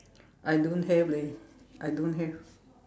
I don't have leh I don't have